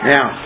Now